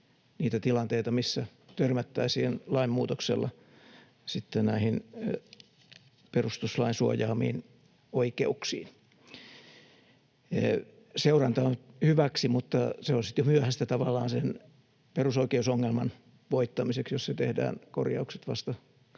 niitä tilanteita, missä törmättäisiin lainmuutoksella sitten näihin perustuslain suojaamiin oikeuksiin. Seuranta on hyväksi, mutta se on sitten myöhäistä tavallaan sen perusoikeusongelman voittamiseksi, jos korjaukset